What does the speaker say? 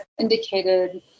indicated